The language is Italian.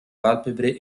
palpebre